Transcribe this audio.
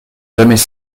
jamais